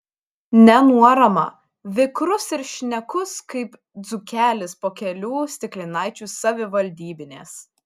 nenuorama vikrus ir šnekus kaip dzūkelis po kelių stiklinaičių savivaldybinės